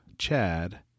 Chad